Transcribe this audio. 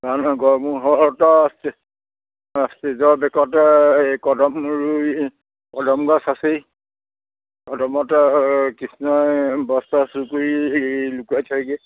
তাৰমানে গড়মূৰ সত্ৰত অঁ ষ্টেজৰ বেকতে এই কদম ৰুই কদম গছ আছেই কদমৰ তলতে কৃষ্ণই বস্ত্ৰ চুৰ কৰি লুকাই থাকেগৈ